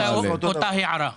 אותה הערה.